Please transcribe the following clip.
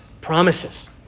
promises